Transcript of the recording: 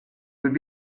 would